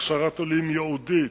הכשרת עולים ייעודית,